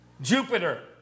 Jupiter